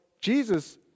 Jesus